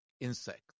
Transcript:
insect